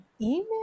Email